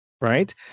right